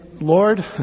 Lord